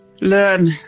learn